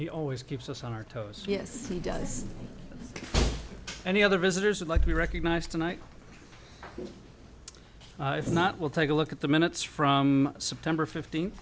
he always keeps us on our toes yes he does any other visitors would like to be recognized tonight if not we'll take a look at the minutes from september fifteenth